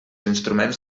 instruments